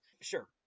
Sure